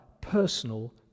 personal